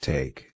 Take